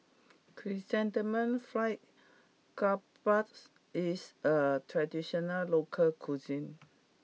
Chrysanthemum Fried Garoupa is a traditional local cuisine